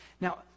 Now